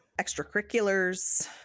extracurriculars